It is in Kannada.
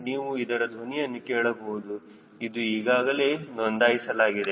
ನೀವು ಇತರ ಧ್ವನಿಯನ್ನು ಕೇಳಬಹುದು ಇದು ಈಗಾಗಲೇ ನೋಂದಾಯಿಸಲಾಗಿದೆ